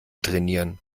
trainieren